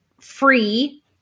free